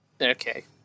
Okay